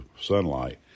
sunlight